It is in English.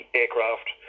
aircraft